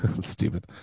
Stupid